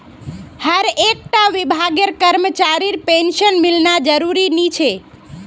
हर एक टा विभागेर करमचरीर पेंशन मिलना ज़रूरी नि होछे